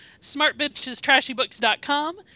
SmartBitchesTrashyBooks.com